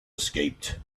escaped